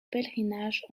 pèlerinage